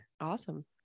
awesome